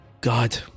God